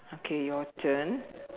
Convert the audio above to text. okay your turn